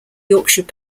yorkshire